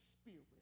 spirit